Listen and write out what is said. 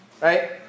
right